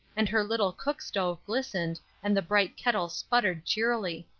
and her little cook stove glistened, and the bright teakettle sputtered cheerily.